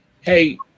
hey